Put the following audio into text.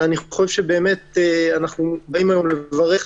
אנחנו באים היום לברך.